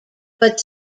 but